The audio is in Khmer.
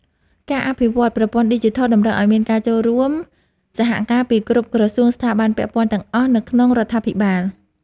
ការអភិវឌ្ឍប្រព័ន្ធឌីជីថលតម្រូវឱ្យមានការចូលរួមសហការពីគ្រប់ក្រសួងស្ថាប័នពាក់ព័ន្ធទាំងអស់នៅក្នុងរដ្ឋាភិបាល។